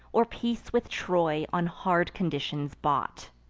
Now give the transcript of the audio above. or peace with troy on hard conditions bought.